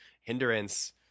hindrance